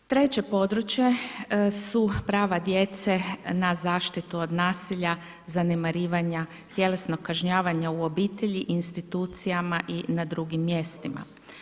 Treće područje su prava djece na zaštitu od nasilja, zanemarivanja, tjelesnog kažnjavanja u obitelji, institucijama i na drugim mjestima.